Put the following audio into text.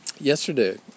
Yesterday